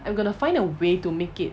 I'm gonna find a way to make it